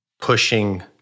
pushing